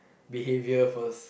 behaviour first